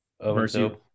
Mercy